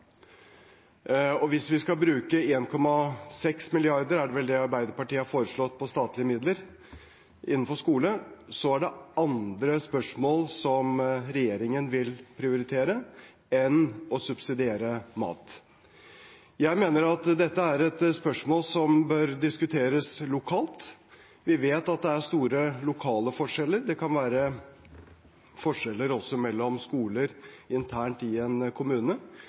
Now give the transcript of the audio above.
Hvis vi skal bruke 1,6 mrd. kr, som vel er det Arbeiderpartiet har foreslått, av statlige midler innenfor skole, er det andre spørsmål som regjeringen vil prioritere enn å subsidiere mat. Jeg mener at dette er et spørsmål som bør diskuteres lokalt. Vi vet at det er store lokale forskjeller. Det kan være forskjeller også mellom skoler internt i en kommune.